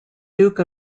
duke